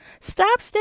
Stop